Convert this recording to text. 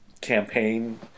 campaign